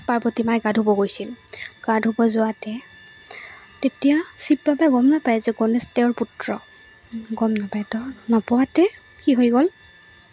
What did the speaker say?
পাৰ্বতী মায়ে গা ধুব গৈছিল গা ধুব যোৱাতে তেতিয়া শিৱ বাবাই গম নাপায় যে গণেশ তেওঁৰ পুত্ৰ গম নাপায় তো নাপাওঁতে কি হৈ গ'ল